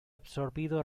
absorbido